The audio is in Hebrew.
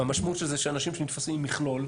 והמשמעות של זה שאנשים שנתפסים עם מכלול,